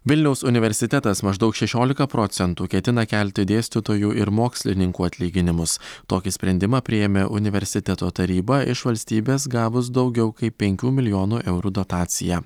vilniaus universitetas maždaug šešiolika procentų ketina kelti dėstytojų ir mokslininkų atlyginimus tokį sprendimą priėmė universiteto taryba iš valstybės gavus daugiau kaip penkių milijonų eurų dotaciją